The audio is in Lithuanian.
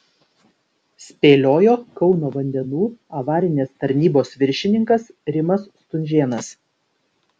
spėliojo kauno vandenų avarinės tarnybos viršininkas rimas stunžėnas